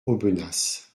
aubenas